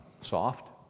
soft